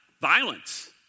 Violence